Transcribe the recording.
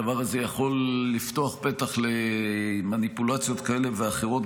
הדבר הזה יכול לפתוח פתח למניפולציות כאלה ואחרות